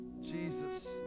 Jesus